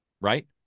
right